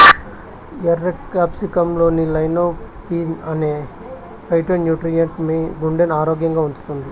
ఎర్ర క్యాప్సికమ్లోని లైకోపీన్ అనే ఫైటోన్యూట్రియెంట్ మీ గుండెను ఆరోగ్యంగా ఉంచుతుంది